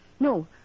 No